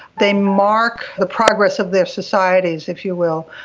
they mark the progress of their societies, if you will,